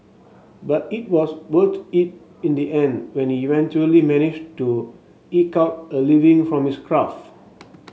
but it was worth it in the end when he eventually managed to eke out a living from his craft